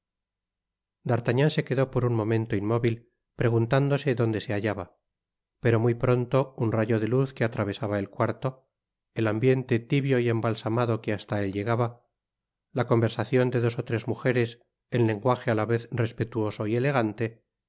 d'artagnan se quedó por un momento inmóvil preguntándose donde se hallaba pero muy pronto un rayo de luz que atravesaba el cuarto el ambiente tibio y embalsamado que hasta él llegaba la conversacion de dos ó tres mujeres en lengua e á la vez respetuoso y elegante